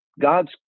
God's